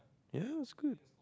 ya that's good